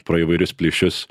pro įvairius plyšius